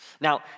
Now